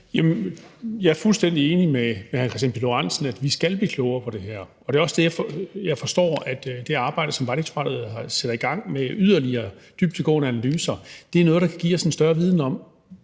Jeg er fuldstændig enig med hr. Kristian Pihl Lorentzen i, at vi skal blive klogere på det her. Det er jo også det, som jeg forstår at det arbejde, som Vejdirektoratet sætter i gang med yderligere dybdegående analyser, kan give os en større viden om,